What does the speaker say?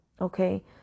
Okay